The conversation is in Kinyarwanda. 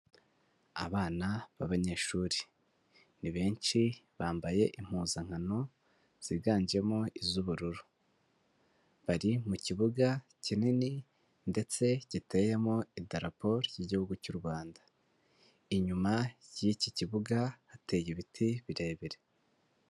Abana b'abanyeshuri ni benshi bambaye impuzankano ziganjemo iz'ubururu, bari mu kibuga kinini ndetse giteyemo idaraporo ry'igihugu cy'u Rwanda. Inyuma y'iki kibuga hateye ibiti birebire.